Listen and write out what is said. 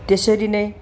त्यसरी नै